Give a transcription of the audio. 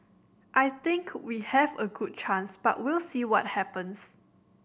I think we have a good chance but we'll see what happens